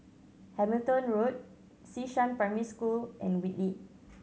Hamilton Road Xishan Primary School and Whitley